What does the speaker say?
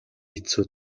хэцүү